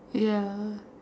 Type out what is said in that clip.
ya